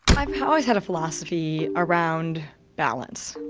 i've always had a philosophy around balance.